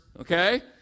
okay